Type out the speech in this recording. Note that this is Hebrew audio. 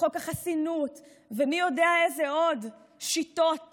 בחוק החסינות ומי יודע איזה עוד שיטות